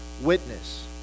witness